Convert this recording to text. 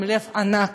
עם לב ענק,